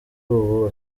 ubu